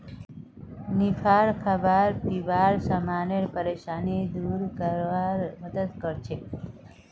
निफा खाबा पीबार समानेर परेशानी दूर करवार मदद करछेक